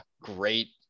great